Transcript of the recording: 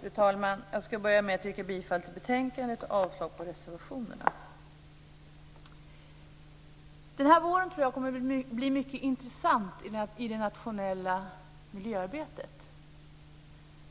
Fru talman! Jag ska börja med att yrka bifall till utskottets hemställan och avslag på reservationerna. Den här våren kommer att bli mycket intressant i fråga om det nationella miljöarbetet.